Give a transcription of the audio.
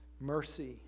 Mercy